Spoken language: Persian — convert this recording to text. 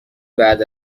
بعد